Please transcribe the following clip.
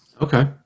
Okay